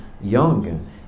young